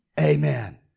Amen